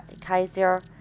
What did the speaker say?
Kaiser